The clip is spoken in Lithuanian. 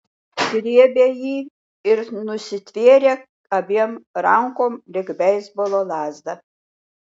griebė jį ir nusitvėrė abiem rankom lyg beisbolo lazdą